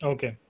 Okay